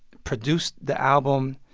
produced the album.